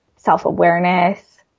self-awareness